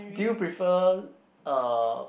do you prefer uh